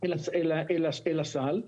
אל הסל.